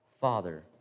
father